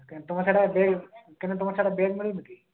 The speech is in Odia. କେନ୍ ତୁମର ସେଇଟା ବେଗ୍ କେନ୍ ତୁମର ସେଟା ବ୍ୟାଗ୍ ମିଳୁନି କି